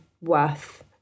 worth